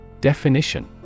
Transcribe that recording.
Definition